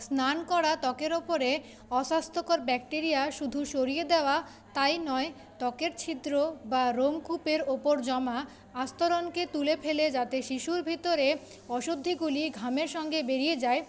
স্নান করা ত্বকের ওপরে অস্বাস্থ্যকর ব্যাকটেরিয়া শুধু সরিয়ে দেওয়া তাই নয় ত্বকের ছিদ্র বা রোমকূপের ওপর জমা আস্তরণকে তুলে ফেলে যাতে শিশুর ভিতরে অশুদ্ধিগুলি ঘামের সঙ্গে বেরিয়ে যায়